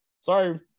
sorry